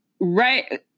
Right